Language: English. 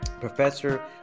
professor